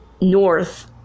north